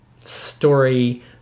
story